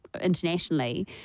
internationally